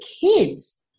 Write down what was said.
kids